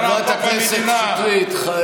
חברת הכנסת שטרית.